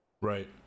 Right